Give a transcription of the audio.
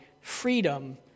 freedom